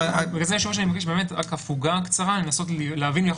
בגלל זה אני מבקש הפוגה קצרה לנסות להבין.